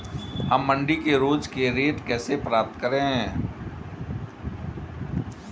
हम मंडी के रोज के रेट कैसे पता करें?